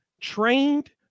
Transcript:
trained